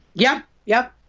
yeah, yeah.